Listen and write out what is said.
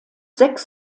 sechs